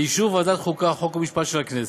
באישור ועדת החוקה, חוק ומשפט של הכנסת,